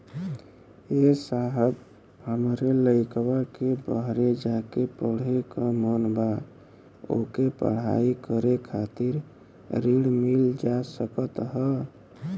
ए साहब हमरे लईकवा के बहरे जाके पढ़े क मन बा ओके पढ़ाई करे खातिर ऋण मिल जा सकत ह?